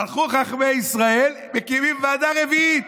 הולכים חכמי ישראל ומקימים ועדה רביעית.